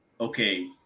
okay